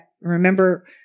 remember